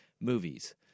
movies